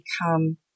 become